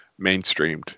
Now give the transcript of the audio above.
mainstreamed